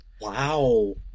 Wow